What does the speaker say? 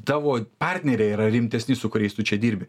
tavo partneriai yra rimtesni su kuriais tu čia dirbi